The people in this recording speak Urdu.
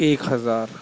ایک ہزار